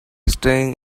staying